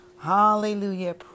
Hallelujah